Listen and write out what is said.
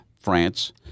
France